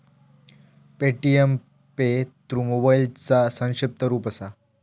Paytm pay through मोबाईलचा संक्षिप्त रूप असा